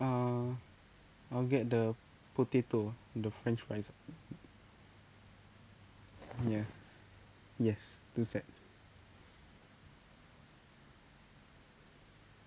err I'll get the potato ah the french fries ah ya yes two sets